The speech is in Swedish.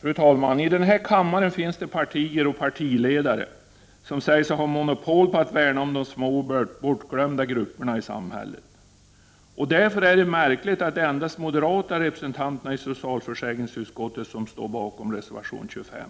Fru talman! I denna kammare finns det partier och partiledare som säger sig ha monopol på att värna om de små och bortglömda grupperna i samhället. Det är därför märkligt att det endast är de moderata representanterna i socialförsäkringsutskottet som står bakom reservation 25.